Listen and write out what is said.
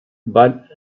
but